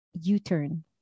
U-turn